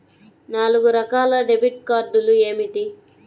నాలుగు రకాల డెబిట్ కార్డులు ఏమిటి?